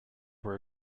were